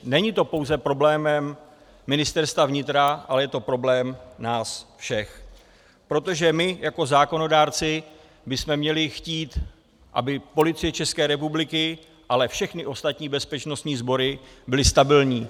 Není to pouze problém Ministerstva vnitra, ale je to problém nás všech, protože my jako zákonodárci bychom měli chtít, aby Policie České republiky, ale i všechny ostatní bezpečnostní sbory byly stabilní.